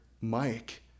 Mike